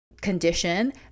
condition